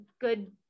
good